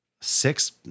six